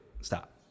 stop